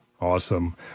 Awesome